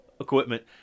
equipment